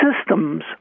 systems